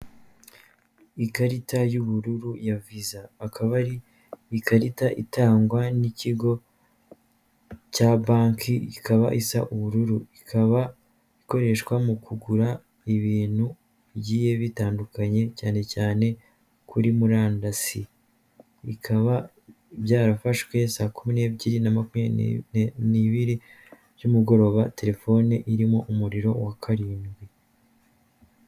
Ikarita y'ubururu ya viza ikaba ari ikarita itangwa n'ikigo cya banki, ikaba isa ubururu ikaba ikoreshwa mu kugura ibintu bigiye bitandukanye cyane cyane kuri murandasi, bikaba byarafashwe saakumi n'ebyiri na makumyabiri n'ibiri z'umugoroba telefone irimo umuriro wa karindwi.